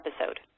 episode